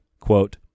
quote